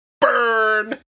burn